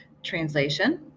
translation